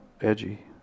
edgy